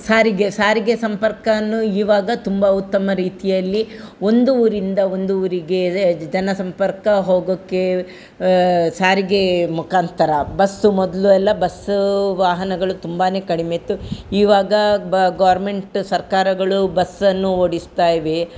ಸಾರಿಗೆ ಸಾರಿಗೆ ಸಂಪರ್ಕನು ಇವಾಗ ತುಂಬ ಉತ್ತಮ ರೀತಿಯಲ್ಲಿ ಒಂದು ಊರಿಂದ ಒಂದು ಊರಿಗೆ ಜನ ಸಂಪರ್ಕ ಹೋಗೋಕೆ ಸಾರಿಗೆ ಮುಖಾಂತರ ಬಸ್ಸು ಮೊದಲು ಎಲ್ಲ ಬಸ್ಸೂ ವಾಹನಗಳು ತುಂಬಾ ಕಡಿಮೆ ಇತ್ತು ಇವಾಗಾ ಬಾ ಗೋರ್ಮೆಂಟ್ ಸರ್ಕಾರಗಳು ಬಸ್ಸನ್ನು ಓಡಿಸ್ತಾ ಇವೆ